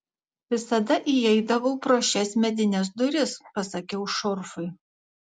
visada įeidavau pro šias medines duris pasakiau šurfui